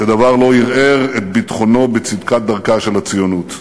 שדבר לא ערער את ביטחונו בצדקת דרכה של הציונות.